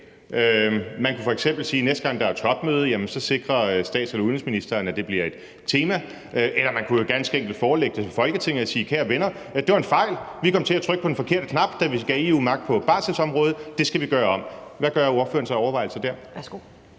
Man kunne f.eks. sige, at næste gang der er topmøde, sikrer stats- eller udenrigsministeren, at det bliver et tema, eller man kunne jo ganske enkelt forelægge det for Folketinget og sige: Kære venner, det var en fejl, vi kom til at trykke på den forkerte knap, da vi gav EU magt på barselsområdet, det skal vi gøre om. Hvad gør ordføreren sig af overvejelser der?